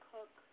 Cook